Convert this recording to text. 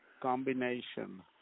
combination